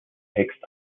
text